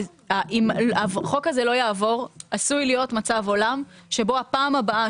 אם החוק הזה לא יעבור עשוי להיות מצב עולם שבו הפעם הבאה